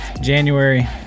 January